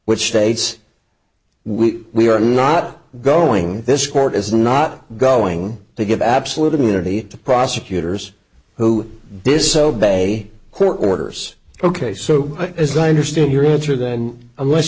which states we we're not going this court is not going to give absolute immunity to prosecutors who this obey a court orders ok so as i understand your answer then unless